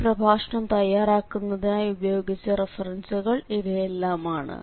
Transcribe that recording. ഈ പ്രഭാഷണം തയ്യാറാക്കുന്നതിനായി ഉപയോഗിച്ച റഫറൻസുകൾ ഇവിയെല്ലാം ആണ്